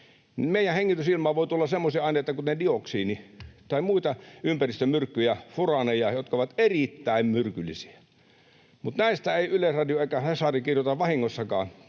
Meidän hengitysilmaan voi tulla semmoisia aineita kuten dioksiinia tai muita ympäristömyrkkyjä, furaaneja, jotka ovat erittäin myrkyllisiä. Mutta näistä ei Yleisradio eikä Hesari kirjoita vahingossakaan.